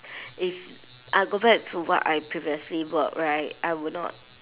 if I go back to what I previously work right I would not